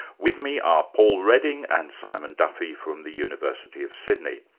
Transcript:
with me are paul redding and simon duffy from the university of sydney.